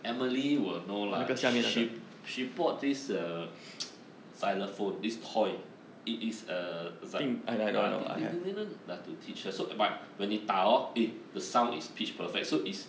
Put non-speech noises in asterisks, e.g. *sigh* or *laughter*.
emily will know lah sh~ she bought this uh *noise* xylophone his toy it is uh like uh *noise* like to teach her so but when 你打 orh eh the sound is pitch perfect so is